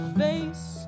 face